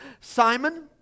Simon